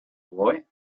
boy